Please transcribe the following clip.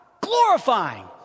Glorifying